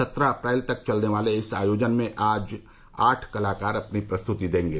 सत्रह अप्रैल तक चलने वाले इस आयोजन में आज आठ कलाकार अपनी प्रस्तृति देंगे